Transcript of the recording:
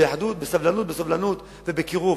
באחדות, בסובלנות ובקירוב.